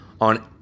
on